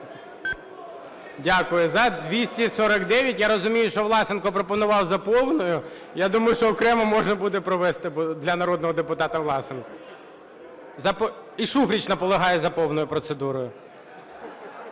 Дякую. За – 249. Я розумію, що Власенко пропонував за повною. Я думаю, що окремо можна буде провести для народного депутата Власенка. І Шуфрич наполягає за повною процедурою.